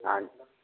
हाँ जी